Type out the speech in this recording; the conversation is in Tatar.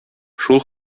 шул